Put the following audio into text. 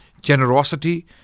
generosity